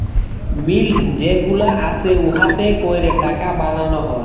মিল্ট যে গুলা আসে উয়াতে ক্যরে টাকা বালাল হ্যয়